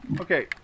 Okay